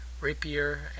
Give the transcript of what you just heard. Rapier